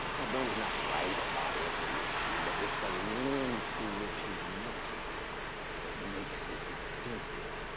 now bernie's not right about every issue, but it's the lens through which he's looking that makes it distinctive.